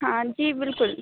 हाँ जी बिल्कुल